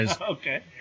Okay